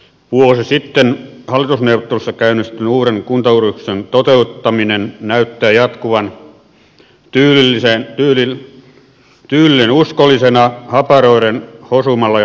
vuosi sitten hallitusneuvotteluissa käynnistynyt uuden kuntauudistuksen toteuttaminen näyttää jatkuvan tyylilleen uskollisena haparoiden hosumalla ja lipsauttelemalla